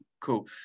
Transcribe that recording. cool